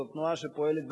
זו תנועה שפועלת ביום-יום,